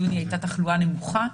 ובתחילת יוני הייתה תחלואה נמוכה,